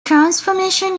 transformation